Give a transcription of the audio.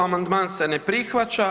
Amandman se ne prihvaća.